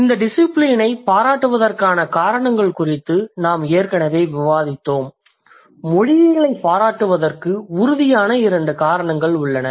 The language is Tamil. இந்த டிசிபிலினை பாராட்டுவதற்கான காரணங்கள் குறித்து நாம் ஏற்கெனவே விவாதித்தோம் மொழியியலைப் பாராட்டுவதற்கு உறுதியான இரண்டு காரணங்கள் உள்ளன